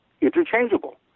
interchangeable